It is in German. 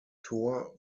tor